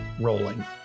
Rolling